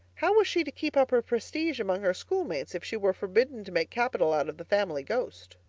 how was she to keep up her prestige among her schoolmates if she were forbidden to make capital out of the family ghost?